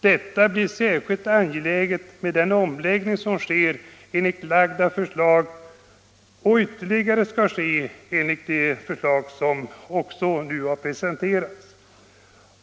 Detta blir särskilt angeläget med den omläggning som sker och de ytterligare omläggningar som skall ske enligt framlagda förslag.